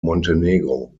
montenegro